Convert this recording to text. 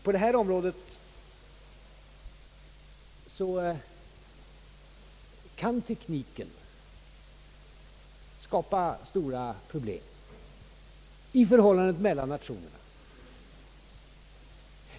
På det nu aktuella området kan tekniken skapa stora svårigheter i förhållandet mellan nationerna.